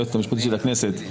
היועצת המשפטית של הכנסת,